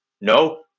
No